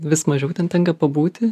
vis mažiau ten tenka pabūti